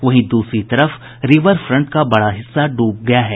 वहीं दूसरी तरफ रिवर फ्रंट का बड़ा हिस्सा डूब गया है